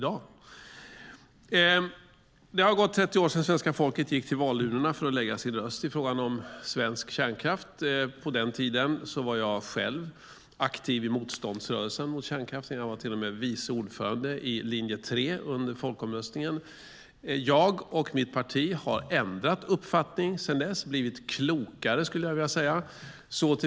Det har gått 30 år sedan svenska folket gick till valurnorna för att lägga sin röst i frågan om svensk kärnkraft. På den tiden var jag aktiv i motståndsrörelsen mot kärnkraft. Jag var till och med vice ordförande i linje 3 under folkomröstningen. Jag och mitt parti har ändrat uppfattning sedan dess. Vi har blivit klokare, skulle jag vilja säga.